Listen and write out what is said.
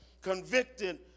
convicted